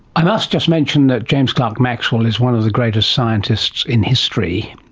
i must just mention that james clerk maxwell is one of the greatest scientists in history,